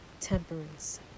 temperance